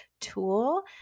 tool